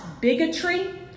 bigotry